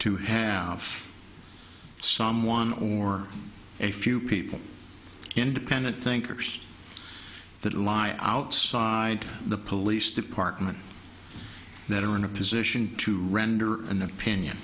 to have someone or a few people independent thinkers that lie outside the police department that are in a position to render an opinion